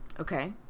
Okay